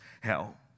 hell